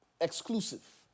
Exclusive